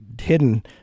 hidden